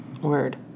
Word